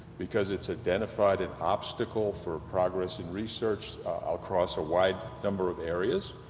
because it's identified an obstacle for progress in research across a wide number of areas,